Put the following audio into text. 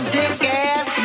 dick-ass